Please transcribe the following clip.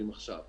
למצב העכשווי.